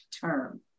term